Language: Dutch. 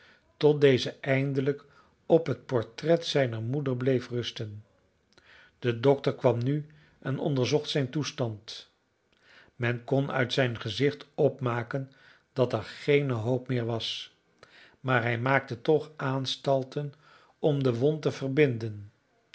tot deze eindelijk op het portret zijner moeder bleef rusten de dokter kwam nu en onderzocht zijn toestand men kon uit zijn gezicht opmaken dat er geene hoop meer was maar hij maakte toch aanstalten om de wond te verbinden